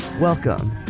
welcome